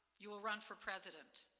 you will run for president.